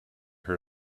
her